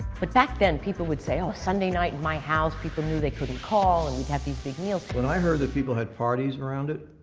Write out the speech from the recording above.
but back then, people would say, oh, sunday night in my house, people knew they couldn't call, and we'd have these big meals when i heard that people had parties around it,